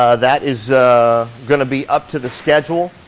ah that is gonna be up to the schedule.